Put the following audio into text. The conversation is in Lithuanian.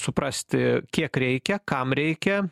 suprasti kiek reikia kam reikia